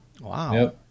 Wow